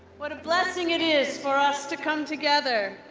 what a blessing it is for us to come together!